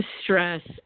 stress